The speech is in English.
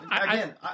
Again